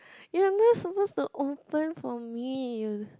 you are not supposed to open for me you